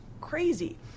crazy